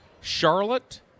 Charlotte